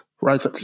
Right